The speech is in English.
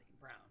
Brown